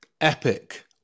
epic